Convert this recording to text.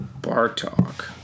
Bartok